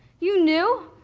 you knew?